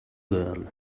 girl